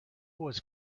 was